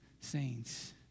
saints